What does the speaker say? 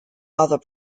other